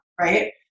right